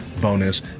bonus